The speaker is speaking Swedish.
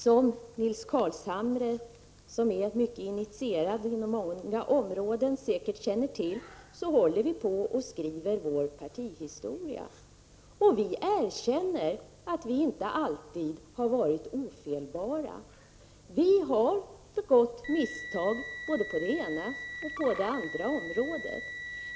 Som Nils Carlshamre, som är en på många områden mycket initierad person, säkert känner till håller vi på och skriver vår partihistoria. Vi erkänner att vi inte alltid har varit ofelbara. Vi har begått misstag på både det ena och det andra området.